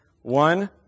One